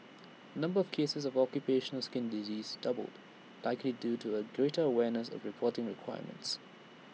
number of cases of occupational skin disease doubled likely due to A greater awareness of reporting requirements